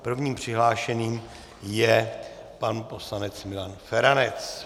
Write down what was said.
Prvním přihlášeným je pan poslanec Milan Feranec.